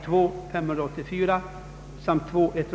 tiv.